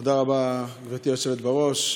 תודה רבה, גברתי היושבת-ראש.